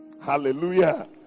hallelujah